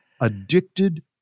Addicted